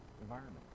environment